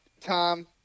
Tom